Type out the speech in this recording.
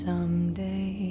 Someday